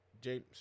James